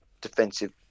defensive